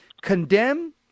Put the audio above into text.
condemn